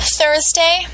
Thursday